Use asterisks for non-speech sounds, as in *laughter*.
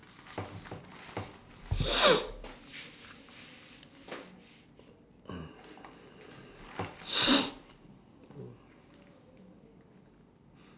*noise*